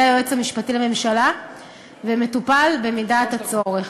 היועץ המשפטי לממשלה ומטופל במידת הצורך.